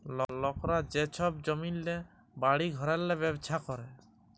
লকরা যে ছব জমিল্লে, বাড়ি ঘরেল্লে ব্যবছা ক্যরে